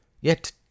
Yet